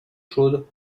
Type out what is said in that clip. chaudes